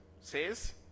says